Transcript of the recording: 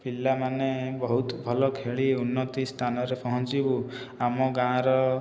ପିଲାମାନେ ବହୁତ ଭଲ ଖେଳି ଉନ୍ନତି ସ୍ଥାନରେ ପହଞ୍ଚିବୁ ଆମ ଗାଁର